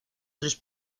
tres